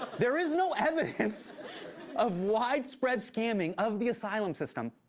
there is no evidence of widespread scamming of the asylum system.